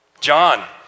John